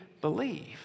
believe